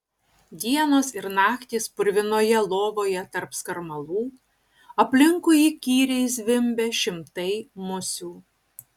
dienos ir naktys purvinoje lovoje tarp skarmalų aplinkui įkyriai zvimbia šimtai musių